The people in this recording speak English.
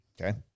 Okay